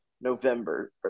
November